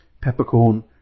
peppercorn